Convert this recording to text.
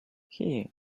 here